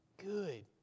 Good